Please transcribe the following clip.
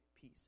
peace